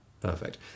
Perfect